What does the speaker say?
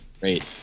Great